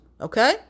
okay